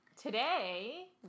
today